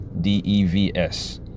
d-e-v-s